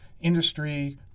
industry